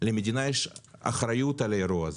יש אחריות על האירוע הזה.